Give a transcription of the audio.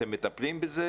אתם מטפלים בזה?